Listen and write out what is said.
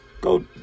Go